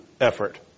effort